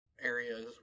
areas